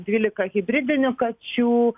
dvylika hibridinių kačių